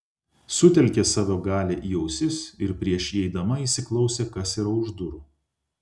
sutelkė savo galią į ausis ir prieš įeidama įsiklausė kas yra už durų